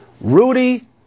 Rudy